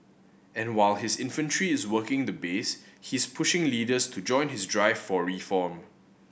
and while his infantry is working the base he's pushing leaders to join his drive for reform